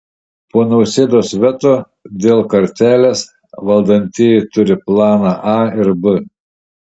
po nausėdos veto dėl kartelės valdantieji turi planą a ir b